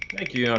thank you. yeah